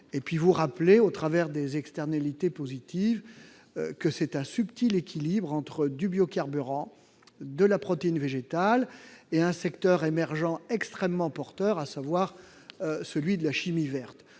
voudrais vous rappeler, au travers des externalités positives, que c'est un subtil équilibre entre du biocarburant, de la protéine végétale et un secteur émergent extrêmement porteur, celui de la chimie verte.